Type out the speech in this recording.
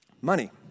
money